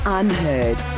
unheard